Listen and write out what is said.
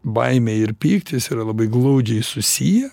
baimė ir pyktis yra labai glaudžiai susiję